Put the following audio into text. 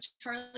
Charlie